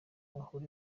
ahure